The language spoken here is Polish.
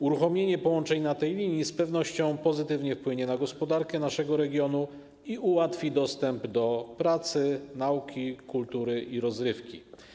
Uruchomienie połączeń na tej linii z pewnością pozytywnie wpłynie na gospodarkę naszego regionu i ułatwi dostęp do pracy, nauki, kultury i rozrywki.